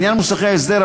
בעניין מוסכי ההסדר,